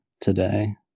today